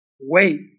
Wait